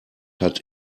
hat